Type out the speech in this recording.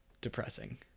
depressing